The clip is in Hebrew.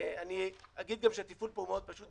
אני אגיד גם שהטיפול פה הוא מאוד פשוט.